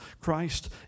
Christ